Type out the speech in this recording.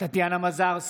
טטיאנה מזרסקי,